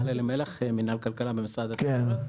אני ממינהל כלכלה במשרד התקשורת.